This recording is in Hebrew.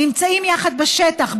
נמצאים ביחד בשטח,